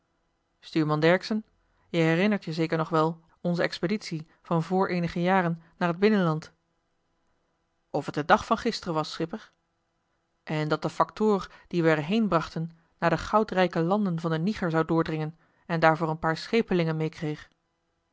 stuurman dercksen je herinnert je zeker nog wel onze expeditie van voor eenige jaren naar het binnenland of het de dag van gisteren was schipper en dat de factoor dien we er heen brachten naar de goudrijke landen van den niger zou doordringen en daarvoor een paar schepelingen meekreeg